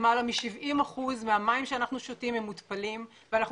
למעלה מ-70% מהמים שאנחנו שותים מותפלים ואנחנו